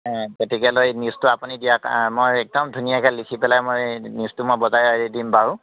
গতিকে লৈ নিউজটো আপুনি দিয়া কা মই একদম ধুনীয়াকৈ লিখি পেলাই মই নিউজটো মই বজাই দিম বাৰু